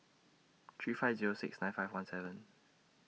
three five Zero six nine five one seven